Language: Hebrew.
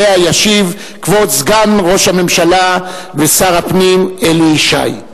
שעליה ישיב כבוד סגן ראש הממשלה ושר הפנים אלי ישי.